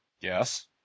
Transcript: yes